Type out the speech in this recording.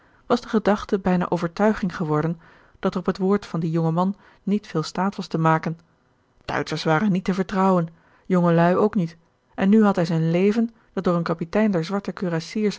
de tonnette bijna overtuiging geworden dat er op het woord van dien jongen man niet veel staat was te maken duitschers waren niet te vertrouwen jongelui ook niet en nu had hij zijn leven dat door een kapitein